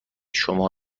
شما